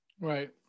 Right